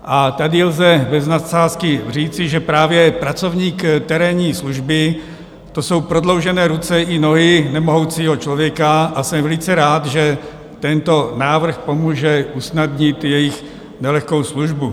A tady lze bez nadsázky říci, že právě pracovník terénní služby, to jsou prodloužené ruce i nohy nemohoucího člověka, a jsem velice rád, že tento návrh pomůže usnadnit jejich nelehkou službu.